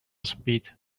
speed